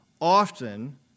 often